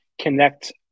connect